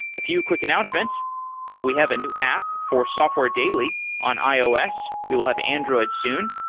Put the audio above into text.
a few quick announcements we have a new app for software daily on ios. we will have android soon.